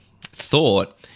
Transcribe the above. thought